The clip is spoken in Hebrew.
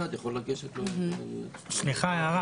יכול לגשת לשם ללא קשר לקופה בה הוא מבוטח.